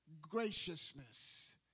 graciousness